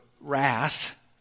wrath